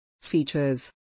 features